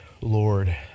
Lord